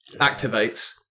activates